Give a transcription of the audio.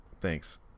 Thanks